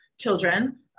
children